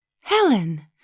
Helen